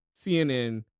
CNN